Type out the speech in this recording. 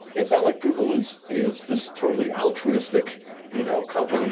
it's not like google is is this totally altruistic you know company.